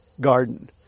garden